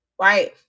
right